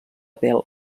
pèl